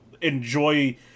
enjoy